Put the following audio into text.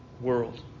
world